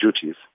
duties